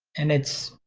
and it's,